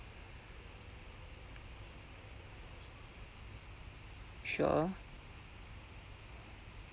sure